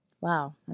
Wow